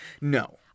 No